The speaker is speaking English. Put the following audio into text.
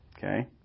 Okay